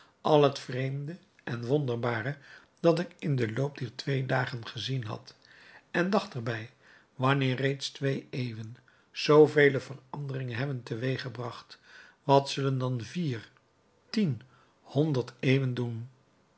al het vreemde en wonderbare dat ik in den loop dier twee dagen gezien had en dacht er bij wanneer reeds twee eeuwen zoovele veranderingen hebben teweeg gebracht wat zullen dan vier tien honderd eeuwen doen